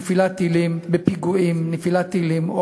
נפילת טילים,